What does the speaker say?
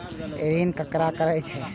ऋण ककरा कहे छै?